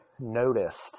noticed